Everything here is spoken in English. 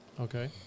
Okay